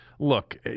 Look